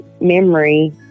memory